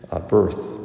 birth